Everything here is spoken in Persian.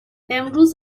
امروز